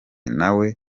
nawe